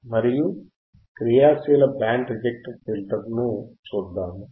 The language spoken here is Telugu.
మరియు క్రియాశీల బ్యాండ్ రిజెక్ట్ ఫిల్టర్ని చూద్దాము